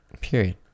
Period